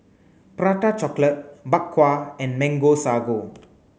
prata chocolate bak kwa and mango sago